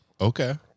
Okay